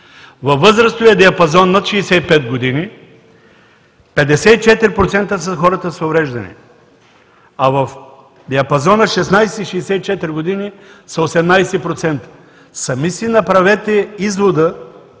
Във възрастовия диапазон над 65 години – 54% са хората с увреждания, а в диапазона 16 – 64 години са 18%. Сами си направете извода